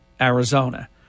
Arizona